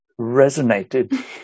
resonated